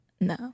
No